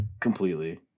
Completely